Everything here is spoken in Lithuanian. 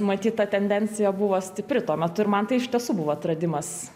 matyt ta tendencija buvo stipri tuo metu ir man tai iš tiesų buvo atradimas